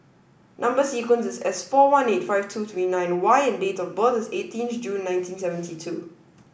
number sequence is S four one eight five two three nine Y and date of birth is eighteen June nineteen seventy two